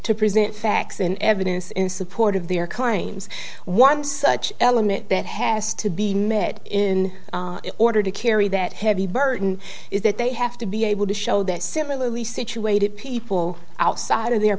to present facts in evidence in support of their kinds one such element that has to be met in order to carry that heavy burden is that they have to be able to show that similarly situated people outside of their